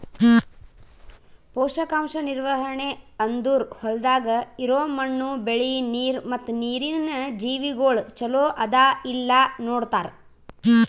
ಪೋಷಕಾಂಶ ನಿರ್ವಹಣೆ ಅಂದುರ್ ಹೊಲ್ದಾಗ್ ಇರೋ ಮಣ್ಣು, ಬೆಳಿ, ನೀರ ಮತ್ತ ನೀರಿನ ಜೀವಿಗೊಳ್ ಚಲೋ ಅದಾ ಇಲ್ಲಾ ನೋಡತಾರ್